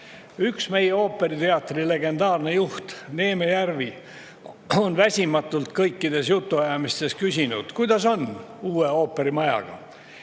meie ooperiteatri legendaarne juht Neeme Järvi on väsimatult kõikides jutuajamistes küsinud, kuidas on uue ooperimajaga.